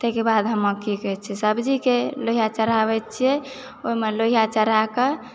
ताहिके बाद हम की कहय छै हम सब्जीके लोहिआ चढ़ाबैत छियै ओहिमे लोहिआ चढ़ाकऽ